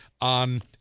on